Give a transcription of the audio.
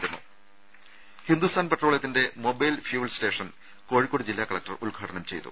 രുര ഹിന്ദുസ്ഥാൻ പെട്രോളിയത്തിന്റെ mobile fuel station കോഴിക്കോട്ട് ജില്ലാ കലക്ടർ ഉദ്ഘാടനം ചെയ്തു